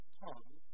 tongue